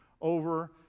over